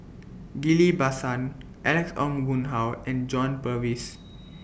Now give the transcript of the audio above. Ghillie BaSan Alex Ong Boon Hau and John Purvis